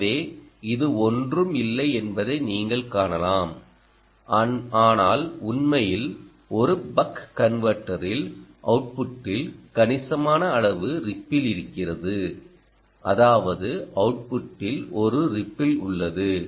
எனவே இது ஒன்றும் இல்லை என்பதை நீங்கள் காணலாம் ஆனால் உண்மையில் ஒரு பக் கனவெர்ட்டரில் அவுட்புட்டில் கணிசமான அளவு ரிப்பிள் இருக்கிறது அதாவது அவுட்புட்டில் ஒரு ரிப்பிள் உள்ளது